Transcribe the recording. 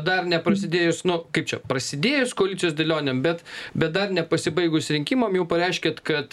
dar neprasidėjus nu kaip čia prasidėjus koalicijos dėlionėm bet bet dar nepasibaigus rinkimam jau pareiškėt kad